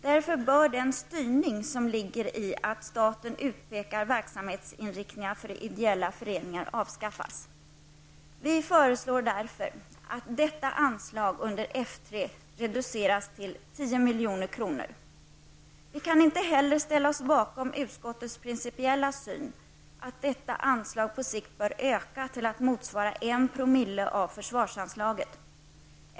Därför bör den styrning som ligger i att staten utpekar verksamhetsinriktningar för ideella föreningar avskaffas. Vi föreslår att detta anslag under F 3 reduceras till Vi kan inte heller ställa oss bakom utskottets principiella syn att detta anslag på sikt bör öka till att motsvara 1 " av försvarsanslaget.